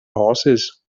horses